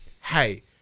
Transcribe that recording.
Hey